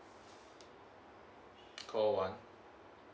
call one